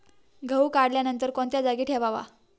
गहू काढल्यानंतर कोणत्या जागी ठेवावा?